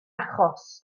achos